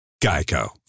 Geico